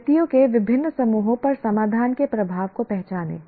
व्यक्तियों के विभिन्न समूहों पर समाधान के प्रभाव को पहचानें